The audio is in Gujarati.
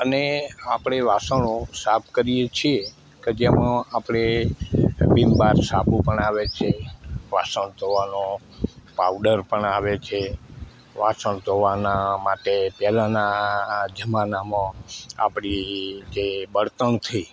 અને આપણે વાસણો સાફ કરીએ છીએ ક જેમાં આપણે વીમ બાર સાબુ પણ આવે છે વાસણ ધોવાનો પાઉડર પણ આવે છે વાસણ ધોવાના માટે પહેલાંનાં જમાનામાં આપણી જે બળતણથી